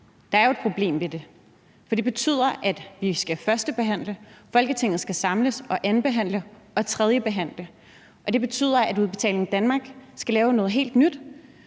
Der er jo et problem ved det, for det betyder, at Folketinget skal samles og førstebehandle, andenbehandle og tredjebehandle, og det betyder, at Udbetaling Danmark skal lave noget helt nyt,